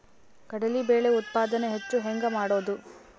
ಕಡಲಿ ಬೇಳೆ ಉತ್ಪಾದನ ಹೆಚ್ಚು ಹೆಂಗ ಮಾಡೊದು?